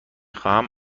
خواهم